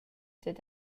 dad